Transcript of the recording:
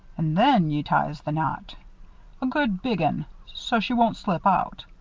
an' then you ties the knot a good big un so she won't slip out.